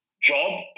job